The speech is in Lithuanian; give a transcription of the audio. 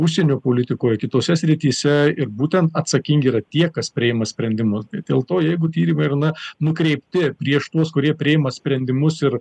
užsienio politikoj kitose srityse ir būtent atsakingi yra tie kas priima sprendimus dėl to jeigu tyrimai ir na nukreipti prieš tuos kurie priima sprendimus ir